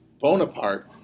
Bonaparte